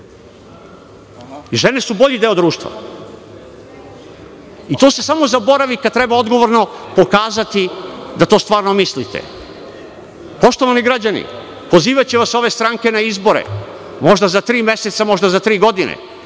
Žene su bolji deo društva. To se samo zaboravi kada treba odgovorno pokazati da to stvarno mislite. Poštovani građani, pozivaće vas ove stranke na izbore, možda za tri meseca, možda za tri godine,